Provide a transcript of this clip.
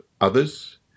others